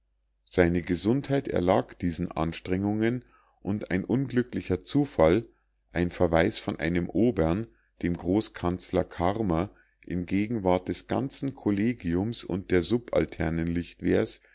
seine gesundheit erlag diesen anstrengungen und ein unglücklicher zufall ein verweis von einem obern dem großkanzler carmer in gegenwart des ganzen kollegiums und der subalternen lichtwer's